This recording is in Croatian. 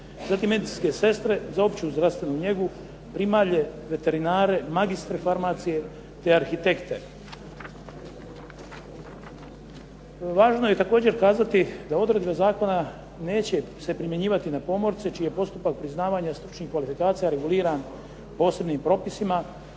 zatim medicinske sestre za opći zdravstvenu njegu, primalje, veterinare, magistre farmacije te arhitekte. Važno je također kazati da odredbe zakona neće se primjenjivati na pomorce čiji je postupak priznavanja stručnih kvalifikacija reguliran posebnih propisima.